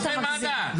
אתה מגזים,